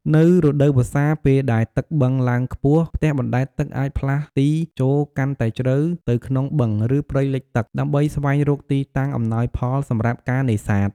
នៅរដូវវស្សា ពេលដែលទឹកបឹងឡើងខ្ពស់ ផ្ទះបណ្ដែតទឹកអាចផ្លាស់ទីចូលកាន់តែជ្រៅទៅក្នុងបឹង ឬព្រៃលិចទឹក ដើម្បីស្វែងរកទីតាំងអំណោយផលសម្រាប់ការនេសាទ។